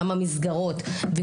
גם המסגרות,